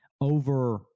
Over